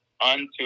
unto